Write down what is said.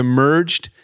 Emerged